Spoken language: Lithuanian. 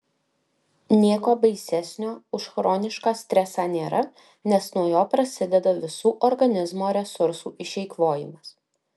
nieko baisesnio už chronišką stresą nėra nes nuo jo prasideda visų organizmo resursų išeikvojimas